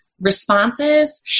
responses